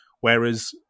Whereas